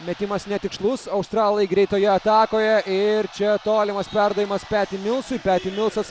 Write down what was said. metimas netikslus australai greitoje atakoje ir čia tolimas perdavimas petį milsui peti milsas